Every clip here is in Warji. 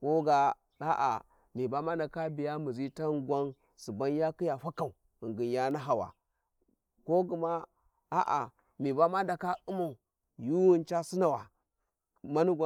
Ko ga a a miba ma ndaka bija muzi taghum qwan suban ya khija fakau ghingin ya Hahawa ko gma aa mibi ma ndaka u`mar yuuwin Ca Sinara mani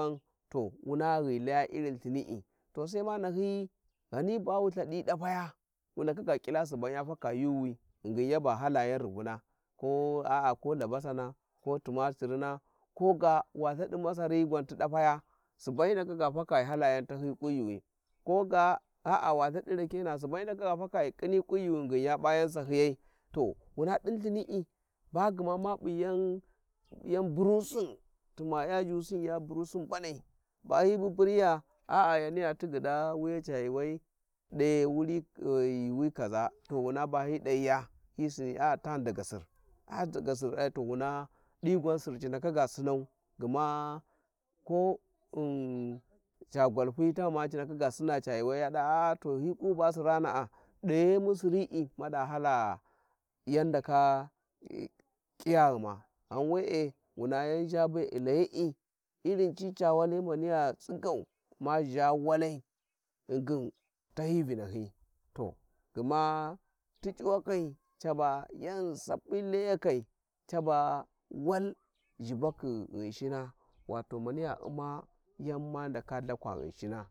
to wuna ghi irin, Uthinia to saima nahyi ghani ba Ushadin dalaya wu ndakaga kila suban ys falas yuuwi ghingin ya ba kala yan rusuna ko aa ko labasana ko tumakirina to ga wa lthad masari gwan ti dadaya suban hi ndaka ga faka ghi hiala yan tahyiysi kunyiwu koga aa wa Ithadi rakena suban hi ndaka ga faka ghi knini kunyu ghingin ya p'a yan sahyiyai, to wuna din lthinii ba gma ma p`I yan yan burusin tuma ya zhasro ya buruşin mbanaiba hi bubunys a a yaniya tigyid wuya ca yuuwa, taye wurikaz yuuwu kaza to wins ba hi hisini a a tani daga sir a a daga sir eh di gwan sir ci ndaka g sinau gma ko hn ca gwalfii taghuma to hi ku ba siranas dayemu sirii mads hala yan ndaka kyaghuma ghan we`e wuna yan zha be ghi layic, Irin ci ca wali maniya tsigau ma zha walai ghingin tahyi vinahy, to gma ti c'uwakai caba yan sapyi Layakai caba wal ghibakni ghinshina wato maniya U`ma yan ma ndaka chakwa ghinshing.